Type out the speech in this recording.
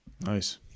Nice